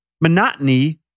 monotony